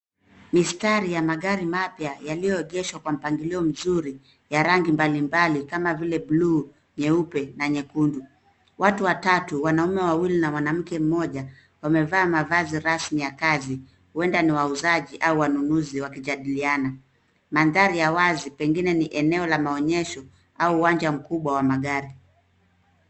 Mistari ya magari mapya yaliyoegeshwa kwa mpangilio mzuri ya rangi mbalimbali kama vile bluu, nyeupe na nyekundu. Watu watatu; wanaume wawili na mwanamke mmoja wamevaa mavazi rasmi ya kazi huenda ni wauzaji au wanunuzi wakijadiliana. Mandhari ya wazi pengine ni eneo la maonyesho au uwanja mkubwa wa magari.